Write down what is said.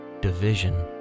Division